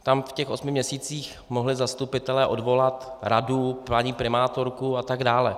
Tam v těch osmi měsících mohli zastupitelé odvolat radu, paní primátorku a tak dále.